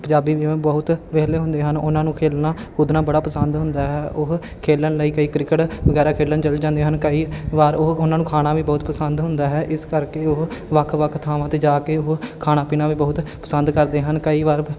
ਪੰਜਾਬੀ ਜਿਵੇਂ ਬਹੁਤ ਵਿਹਲੇ ਹੁੰਦੇ ਹਨ ਉਹਨਾਂ ਨੂੰ ਖੇਡਣਾ ਕੁੱਦਣਾ ਬੜਾ ਪਸੰਦ ਹੁੰਦਾ ਹੈ ਉਹ ਖੇਡਣ ਲਈ ਕਈ ਕ੍ਰਿਕਟ ਵਗੈਰਾ ਖੇਡਣ ਚੱਲ ਜਾਂਦੇ ਹਨ ਕਈ ਵਾਰ ਉਹ ਉਹਨਾਂ ਨੂੰ ਖਾਣਾ ਵੀ ਬਹੁਤ ਪਸੰਦ ਹੁੰਦਾ ਹੈ ਇਸ ਕਰਕੇ ਉਹ ਵੱਖ ਵੱਖ ਥਾਵਾਂ 'ਤੇ ਜਾ ਕੇ ਉਹ ਖਾਣਾ ਪੀਣਾ ਵੀ ਬਹੁਤ ਪਸੰਦ ਕਰਦੇ ਹਨ ਕਈ ਵਾਰ